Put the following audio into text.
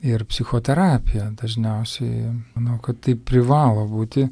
ir psichoterapiją dažniausiai manau kad tai privalo būti